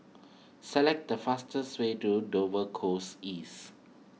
select the fastest way to Dover Close East